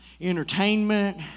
entertainment